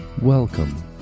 Welcome